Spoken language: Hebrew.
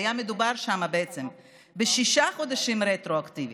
היה מדובר שם בעצם בשישה חודשים רטרואקטיבית,